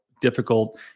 difficult